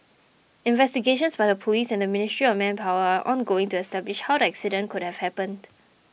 investigations by the police and the Ministry of Manpower are ongoing to establish how the accident could have happened